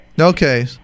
Okay